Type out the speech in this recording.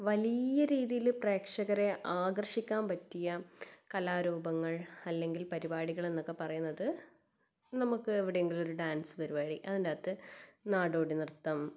വലിയ രീതിയില് പ്രേക്ഷകരെ ആകർഷിക്കാൻ പറ്റിയ കലാരൂപങ്ങൾ അല്ലെങ്കിൽ പരിപാടികൾ എന്നൊക്കെ പറയുന്നത് നമുക്ക് എവിടെങ്കിലും ഒരു ഡാൻസ് പരിപാടി അതിന്റെ അകത്ത് നാടോടി നൃത്തം